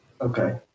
Okay